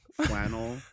flannel